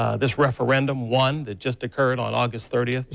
ah this referendum won that just occurred on august thirty.